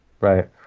Right